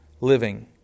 living